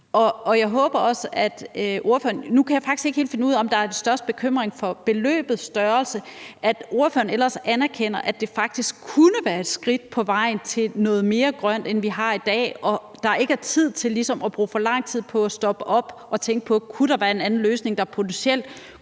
ikke helt finde ud af, om der er størst bekymring for beløbets størrelse, men jeg håber, at ordføreren ellers anerkender, at det faktisk kunne være et skridt på vejen til noget mere grønt, end vi har i dag, og at der ligesom ikke er tid til at bruge for lang tid på at stoppe op og tænke på, om der kunne være en anden løsning, der potentielt kunne være